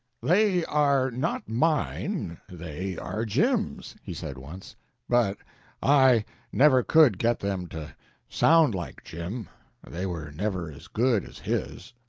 they are not mine, they are jim's, he said, once but i never could get them to sound like jim they were never as good as his.